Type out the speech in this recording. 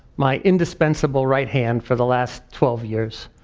my indispensable right hand for the last twelve years.